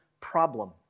problem